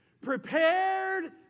prepared